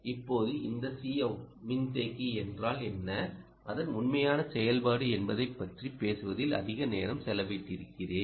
இப்போது இந்த Cout மின்தேக்கி என்றால் என்ன அதன் உண்மையான செயல்பாடு என்பதைப் பற்றி பேசுவதில் அதிக நேரம் செலவிட்டிருக்கிறேன்